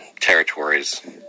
territories